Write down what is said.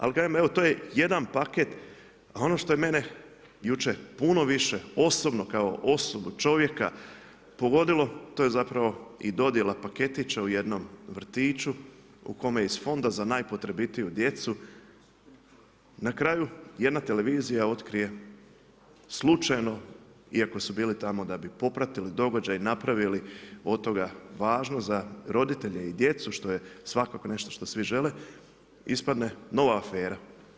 Ali, kažem, evo to je jedan paket, a ono što je mene, jučer puno više, osnovno kao osobu, čovjeka, pogodilo, to je zapravo i dodjela paketića u jednom vrtiću, u kome iz fonda za najpotrebitiju djecu, na kraju jedna televizija otkrije slučajno, iako su bili tamo da bi popratili događaj, napravili od toga važnost, za roditelje i djecu, što je svakako nešto što svi žele, ispadne nova afera.